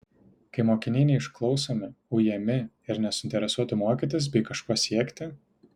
kai mokiniai neišklausomi ujami ir nesuinteresuoti mokytis bei kažko siekti